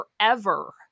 forever